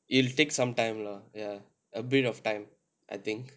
it'll take some time lah ya a bit of time I think